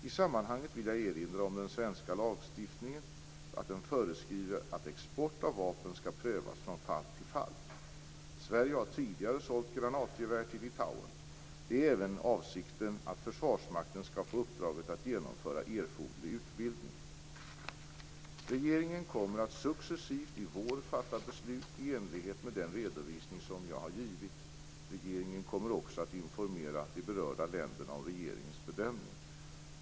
I sammanhanget vill jag erinra om att den svenska lagstiftningen föreskriver att export av vapen skall prövas från fall till fall. Sverige har tidigare sålt granatgevär till Litauen. Det är även avsikten att Försvarsmakten skall få uppdraget att genomföra erforderlig utbildning. Regeringen kommer att successivt i vår fatta beslut i enlighet med den redovisning som jag här har givit. Regeringen kommer också att informera de berörda länderna om regeringens bedömning.